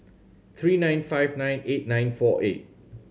three nine five nine eight nine four eight